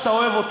שאתה אוהב,